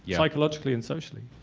yeah psychologically and socially.